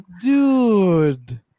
Dude